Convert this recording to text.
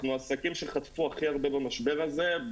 אנחנו עסקים שחטפו הכי הרבה במשבר הזה,